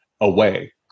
away